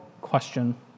question